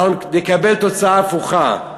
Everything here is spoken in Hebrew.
אנחנו נקבל תוצאה הפוכה.